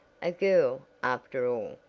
a girl, after all,